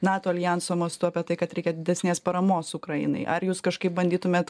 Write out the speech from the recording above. nato aljanso mastu apie tai kad reikia didesnės paramos ukrainai ar jūs kažkaip bandytumėt